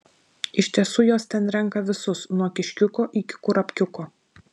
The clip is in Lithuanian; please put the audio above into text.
iš tiesų jos ten renka visus nuo kiškiuko iki kurapkiuko